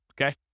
okay